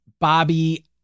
Bobby